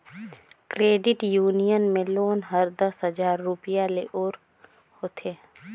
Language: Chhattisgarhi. क्रेडिट यूनियन में लोन हर दस हजार रूपिया ले ओर होथे